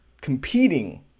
competing